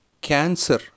cancer